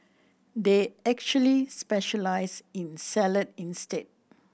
they actually specialise in salad instead